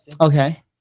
okay